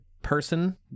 person